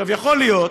יכול להיות,